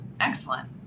Excellent